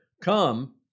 Come